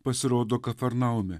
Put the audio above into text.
pasirodo kafarnaume